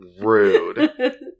Rude